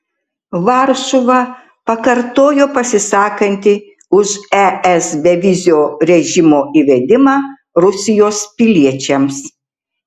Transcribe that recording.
varšuva pakartojo pasisakanti už es bevizio režimo įvedimą rusijos piliečiams